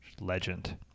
Legend